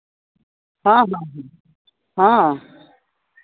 ᱦᱮᱸ ᱦᱮᱸ